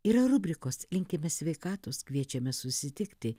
yra rubrikos linkime sveikatos kviečiame susitikti